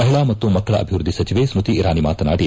ಮಹಿಳಾ ಮತ್ತು ಮಕ್ಕಳ ಅಭಿವೃದ್ಧಿ ಸಚಿವೆ ಸ್ಮೃತಿ ಇರಾನಿ ಮಾತನಾಡಿ